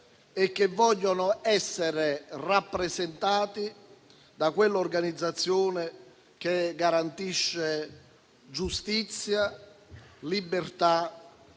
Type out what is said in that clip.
e vogliono essere rappresentati da quell'organizzazione che garantisce giustizia, libertà